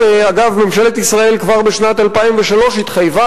אף-על-פי שממשלת ישראל כבר בשנת 2003 התחייבה,